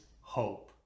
hope